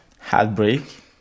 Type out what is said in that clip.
Heartbreak